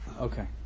Okay